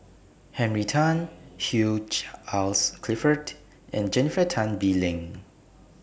Henry Tan Hugh Charles Clifford and Jennifer Tan Bee Leng